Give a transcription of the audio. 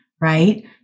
Right